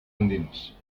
endins